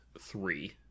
three